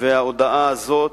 וההודעה הזאת,